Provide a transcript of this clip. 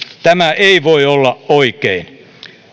tämä ei voi olla oikein